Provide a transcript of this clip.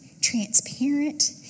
transparent